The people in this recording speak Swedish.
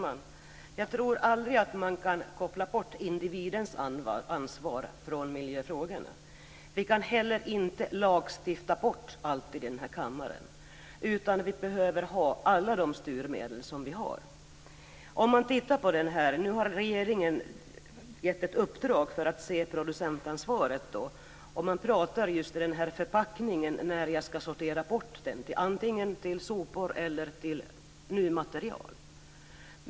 Herr talman! Man kan nog aldrig koppla bort individens ansvar från miljöfrågorna. Inte heller kan allting lagstiftas bort i denna kammare. I stället behöver vi alla styrmedel som vi har. Regeringen har nu gett i uppdrag att man ska se över producentansvaret. Det pratas om just förpackningarna - om när jag ska sortera bort dem, antingen för att bli sopor eller för att bli nytt material.